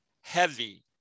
heavy